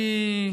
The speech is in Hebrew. אני,